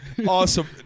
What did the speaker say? Awesome